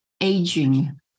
aging